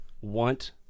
want